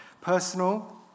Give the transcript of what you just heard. personal